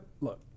look